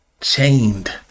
chained